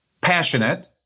passionate